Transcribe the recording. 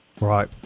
Right